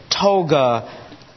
toga